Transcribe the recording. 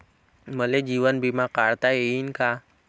मले जीवन बिमा काढता येईन का?